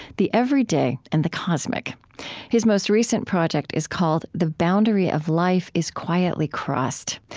the everyday and the cosmic his most recent project is called the boundary of life is quietly crossed.